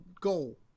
goal